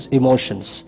emotions